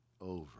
over